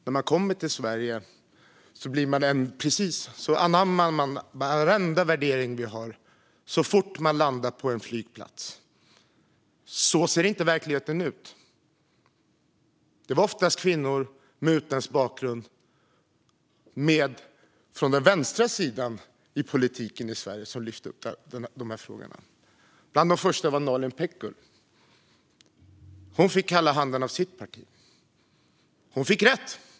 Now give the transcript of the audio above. När man kommer till Sverige anammar man varenda värdering vi har så fort man landar på en flygplats. Så ser inte verkligheten ut. Det var oftast kvinnor med utländsk bakgrund från den vänstra sidan i politiken i Sverige som lyfte upp de här frågorna. Bland de första var Nalin Pekgul. Hon fick kalla handen av sitt parti. Hon fick sedan rätt.